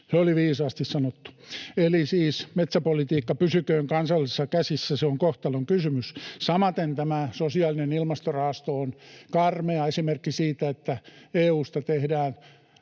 Se oli viisaasti sanottu. Eli metsäpolitiikka pysyköön kansallisissa käsissä, se on kohtalonkysymys. Samaten tämä sosiaalinen ilmastorahasto on karmea esimerkki siitä, että EU:sta tehdään